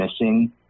missing